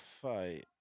fight